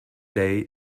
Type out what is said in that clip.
day